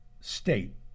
state